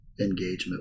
engagement